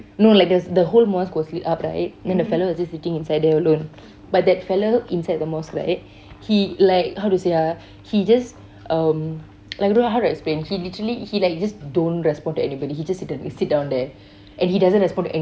no like there was the whole mosque was lit up right then the fellow was just sitting there inside alone but that fellow inside the mosque right he like how to say ah he just um like don't know how to explain he literally he like just don't respond to anybody he just seated sit down there and he doesn't respond to anything